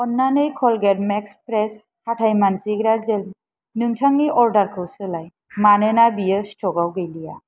अन्नानै Colgate max fresh हाथाय मानजिग्रा जेलनि नोंथांनि अर्डारखौ सोलाय मानोना बेयो स्ट'कआव गैलिया